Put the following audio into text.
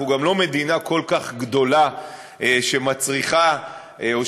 אנחנו גם לא מדינה כל כך גדולה שמצריכה או